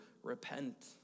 repent